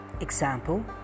Example